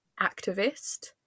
activist